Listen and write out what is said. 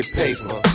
paper